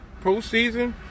postseason